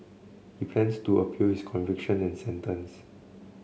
he plans to appeal its conviction and sentence